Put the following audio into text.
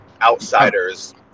outsider's